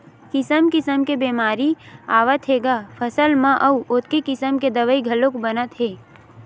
किसम किसम के बेमारी आवत हे ग फसल म अउ ओतके किसम के दवई घलोक बनत हे